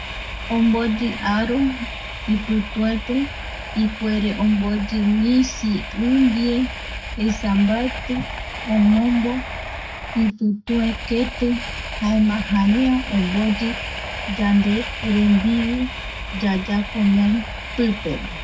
Omboyi aro, ipituepe ipuere omboyi misi i ndie, esa mbaeti omombo ipitue keti jaema jarea omboyi yande rembiu yayapo ñai pipe vae.